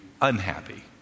unhappy